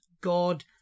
God